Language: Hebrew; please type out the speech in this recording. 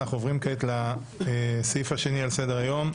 אנחנו עוברים כעת לסעיף השני שעל סדר-היום: